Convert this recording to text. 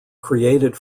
created